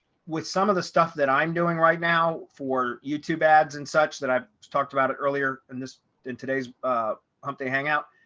with some of the stuff that i'm doing right now for youtube ads and such that i've talked about it earlier in this in today's hump day hangout.